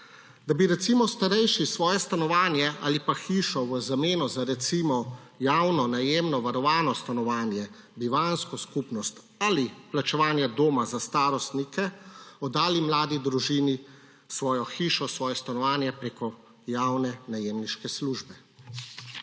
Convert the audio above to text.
Da bi recimo starejši v zameno za javno najemno varovano stanovanje, bivanjsko skupnost ali plačevanje doma za starostnike oddali mladi družini svojo hišo, svoje stanovanje prek javne najemniške službe.